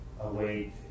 await